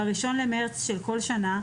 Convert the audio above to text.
ב-1 במרס של כל שנה,